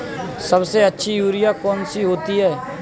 सबसे अच्छी यूरिया कौन सी होती है?